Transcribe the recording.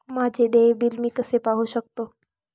माझे देय बिल मी कसे पाहू शकतो?